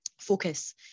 focus